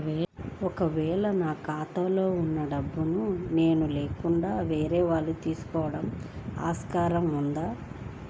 ఒక వేళ నా ఖాతాలో వున్న డబ్బులను నేను లేకుండా వేరే వాళ్ళు తీసుకోవడానికి ఆస్కారం ఉందా?